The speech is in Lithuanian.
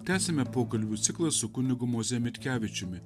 tęsiame pokalbių ciklą su kunigu moze mitkevičiumi